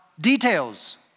details